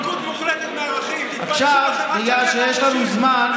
התפרקות מוחלטת מערכים, עכשיו, בגלל שיש לנו זמן,